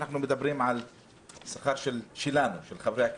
אנחנו מדברים על שכר שלנו, של חברי הכנסת,